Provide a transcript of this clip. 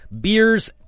beers